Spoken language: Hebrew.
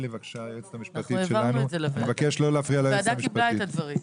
הוועדה קיבלה את הדברים.